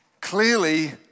clearly